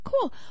cool